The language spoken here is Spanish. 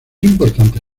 importante